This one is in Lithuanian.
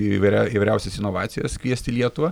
įvai įvairiausias inovacijas kviesti į lietuvą